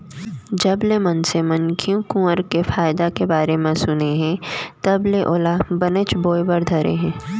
जबले मनसे मन घींव कुंवार के फायदा के बारे म सुने हें तब ले ओला बनेच बोए ल धरे हें